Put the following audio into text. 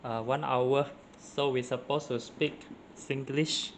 ah one hour so we supposed to speak singlish